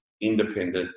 independent